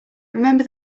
remember